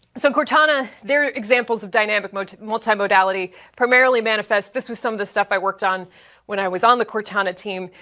so cortana, they're examples of dynamic multimodality primarily manifest, this with some of the stuff i worked on when i was on the cortana team,